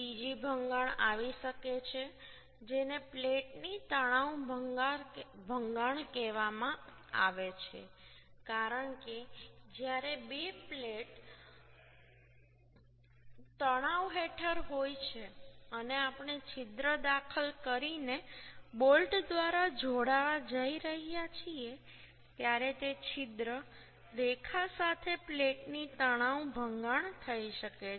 બીજી ભંગાણ આવી શકે છે જેને પ્લેટની તણાવ ભંગાણ કહેવામાં આવે છે કારણ કે જ્યારે બે પ્લેટ તણાવ હેઠળ હોય છે અને આપણે છિદ્ર દાખલ કરીને બોલ્ટ દ્વારા જોડાવા જઈ રહ્યા છીએ ત્યારે તે છિદ્ર રેખા સાથે પ્લેટની તણાવ ભંગાણ થઈ શકે છે